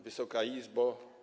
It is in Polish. Wysoka Izbo!